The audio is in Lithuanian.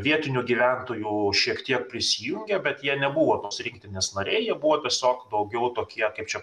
vietinių gyventojų šiek tiek prisijungė bet jie nebuvo tos rinktinės nariai jie buvo tiesiog daugiau tokie kaip čia